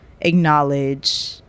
acknowledge